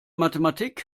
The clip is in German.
mathematik